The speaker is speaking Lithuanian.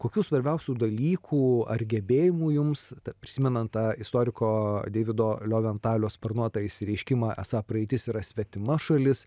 kokių svarbiausių dalykų ar gebėjimų jums prisimenant tą istoriko deivido lioventalio sparnuotą išsireiškimą esą praeitis yra svetima šalis